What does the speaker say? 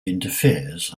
interferes